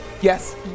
Yes